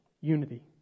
Unity